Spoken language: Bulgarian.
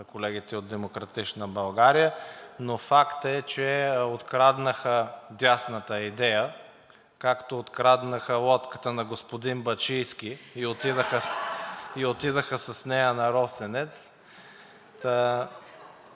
колегите от „Демократична България“, но фактът е, че откраднаха дясната идея, както откраднаха лодката на господин Бачийски (смях от